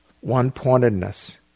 one-pointedness